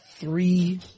Three